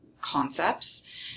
concepts